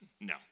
No